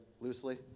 loosely